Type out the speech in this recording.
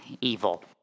evil